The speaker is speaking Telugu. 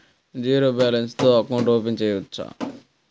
జీరో బాలన్స్ తో అకౌంట్ ఓపెన్ చేయవచ్చు?